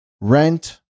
rent